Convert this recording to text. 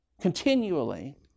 continually